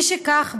משכך,